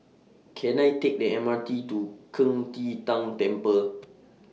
Can I Take The M R T to Qing De Tang Temple